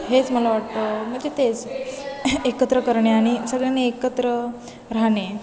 हेच मला वाटतं म्हणजे तेच एकत्र करणे आणि सगळ्यांनी एकत्र राहणे